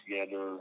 together